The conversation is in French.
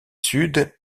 sud